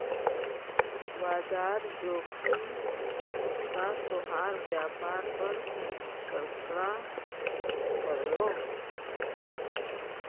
बाजार जोखिम का तोहार व्यापार पर क्रका पड़लो